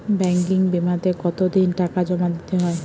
Banking বিমাতে কত দিন টাকা জমা দিতে হয়?